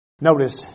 Notice